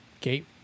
gate